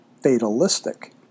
fatalistic